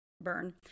burn